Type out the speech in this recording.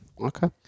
Okay